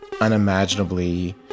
unimaginably